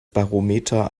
barometer